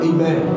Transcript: Amen